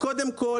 חברים,